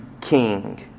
king